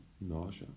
nausea